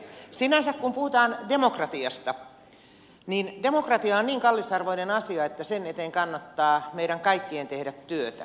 sinänsä kun puhutaan demokratiasta niin demokratia on niin kallisarvoinen asia että sen eteen kannattaa meidän kaikkien tehdä työtä